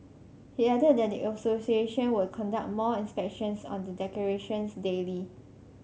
he added that the association will conduct more inspections on the decorations daily